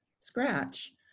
scratch